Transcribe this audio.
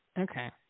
Okay